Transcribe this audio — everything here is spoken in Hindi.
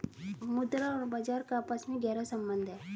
मुद्रा और बाजार का आपस में गहरा सम्बन्ध है